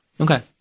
Okay